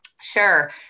Sure